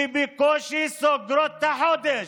שבקושי סוגרות את החודש,